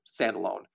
standalone